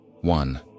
one